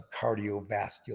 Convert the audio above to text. cardiovascular